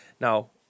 Now